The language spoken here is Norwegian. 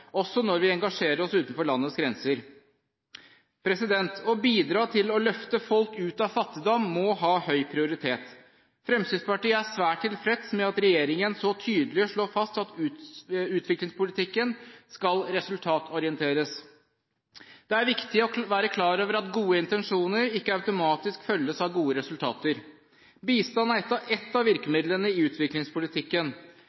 også når vi engasjerer oss utenfor landets grenser. Å bidra til å løfte folk ut av fattigdom må ha høy prioritet. Fremskrittspartiet er svært tilfreds med at regjeringen så tydelig slår fast at utviklingspolitikken skal resultatorienteres. Det er viktig å være klar over at gode intensjoner ikke automatisk følges av gode resultater. Bistand er ett av